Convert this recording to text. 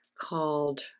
called